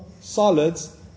solids